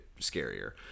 scarier